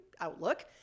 outlook